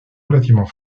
relativement